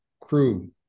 crew